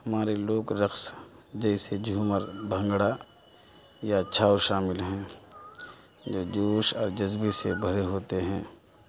ہمارے لوک رقص جیسے جھومر بھنگڑا یا چھاؤ شامل ہیں جو جوش اور جذبے سے بھرے ہوتے ہیں